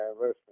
Listen